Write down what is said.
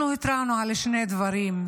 אנחנו התרענו על שני דברים: